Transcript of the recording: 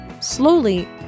Slowly